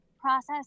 process